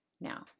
Now